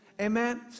Amen